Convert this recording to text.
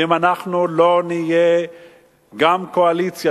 ואם אנחנו לא נהיה גם קואליציה,